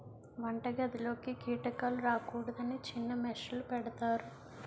వంటగదిలోకి కీటకాలు రాకూడదని చిన్న మెష్ లు పెడతారు